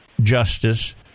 Justice